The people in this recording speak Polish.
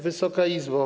Wysoka Izbo!